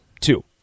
Two